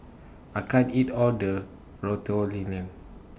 I can't eat All of The Ratatouille